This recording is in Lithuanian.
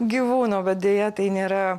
gyvūno bet deja tai nėra